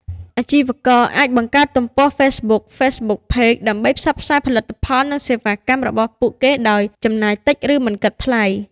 អាជីវករអាច បង្កើតទំព័រ Facebook (Facebook Page) ដើម្បីផ្សព្វផ្សាយផលិតផល និងសេវាកម្មរបស់ពួកគេដោយ ចំណាយតិច ឬមិនគិតថ្លៃ។